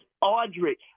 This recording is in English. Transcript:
Audrey